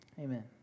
amen